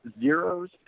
Zero's